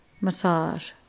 massage